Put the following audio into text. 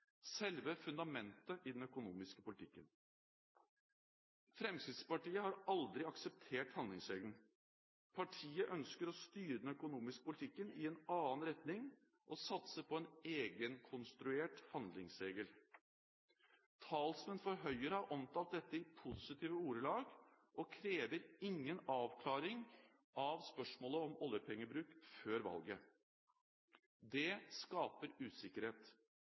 selve fundamentet i den økonomiske politikken. Fremskrittspartiet har aldri akseptert handlingsregelen. Partiet ønsker å styre den økonomiske politikken i en annen retning og satser på en egenkonstruert handlingsregel. Talsmenn for Høyre har omtalt dette i positive ordelag og krever ingen avklaring av spørsmålet om oljepengebruk før valget. Dette skaper usikkerhet,